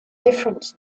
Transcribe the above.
different